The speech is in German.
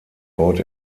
baut